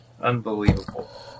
unbelievable